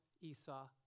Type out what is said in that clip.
Esau